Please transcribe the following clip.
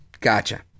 Gotcha